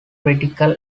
critical